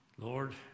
Lord